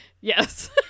Yes